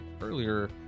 earlier